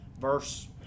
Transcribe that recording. verse